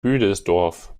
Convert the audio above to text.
büdelsdorf